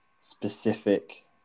specific